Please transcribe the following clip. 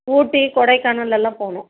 ஊட்டி கொடைக்கானல் எல்லாம் போகணும்